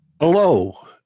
Hello